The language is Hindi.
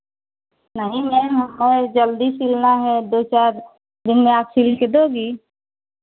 नहीं मैम हमें जल्दी सिलना है दो चार दिन में आप सिल कर दोगी